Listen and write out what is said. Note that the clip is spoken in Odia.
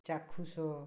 ଚାକ୍ଷୁଷ